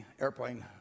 airplane